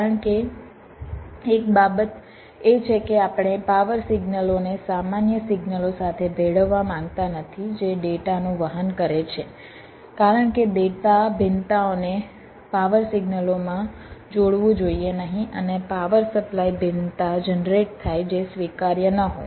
કારણ કે એક બાબત એ છે કે આપણે પાવર સિગ્નલોને સામાન્ય સિગ્નલો સાથે ભેળવવા માંગતા નથી જે ડેટા નું વહન કરે છે કારણ કે ડેટા ભિન્નતાઓને પાવર સિગ્નલોમાં જોડવું જોઈએ નહીં અને પાવર સપ્લાય ભિન્નતા જનરેટ થાય જે સ્વીકાર્ય ન હોય